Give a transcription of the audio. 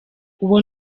uwo